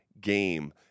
game